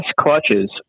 clutches